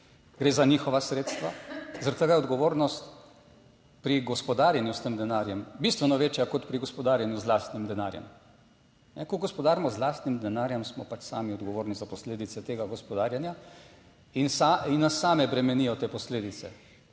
gre za njihova sredstva, zaradi tega je odgovornost pri gospodarjenju s tem denarjem bistveno večja, kot pri gospodarjenju z lastnim denarjem. Ko gospodarimo z lastnim denarjem, smo pač sami odgovorni za posledice tega gospodarjenja in nas same bremenijo te posledice.